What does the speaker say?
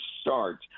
start